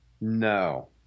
No